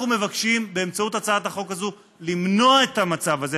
אנחנו מבקשים באמצעות הצעת החוק הזאת למנוע את המצב הזה.